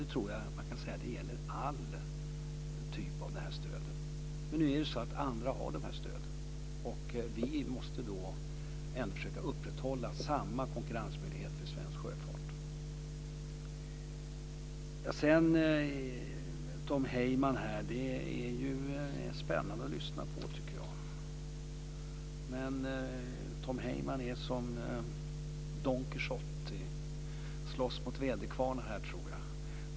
Det gäller alla former av sådant stöd. Andra har dessa stöd. Vi måste då ändå försöka upprätthålla samma konkurrensmöjligheter för svensk sjöfart. Det är spännande att lyssna på Tom Heyman. Tom Heyman är som Don Quijote. Han slåss mot väderkvarnar.